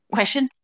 Question